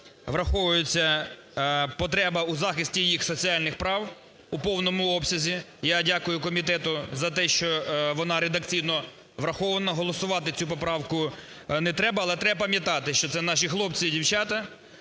враховується потреба у захисті їх соціальних прав в повному обсязі. Я дякую комітету за те, що вона редакційно врахована, голосувати цю поправку не треба. Але треба пам'ятати, що це наші хлопці і дівчата,